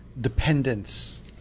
dependence